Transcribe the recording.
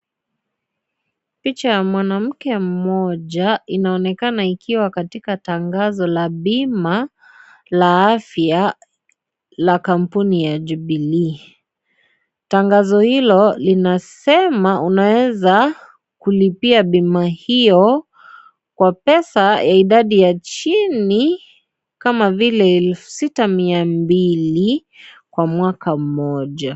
Picha ya mwanamke mmoja inaonekana ikiwa katika tangazo la bima la afya la kampuni ya jubilee. Tangazo hilo linasema unaeza kulipia bima hio kwa pesa ya idadi ya chini kama vile elfu sita mia mbili, kwa mwaka mmoja.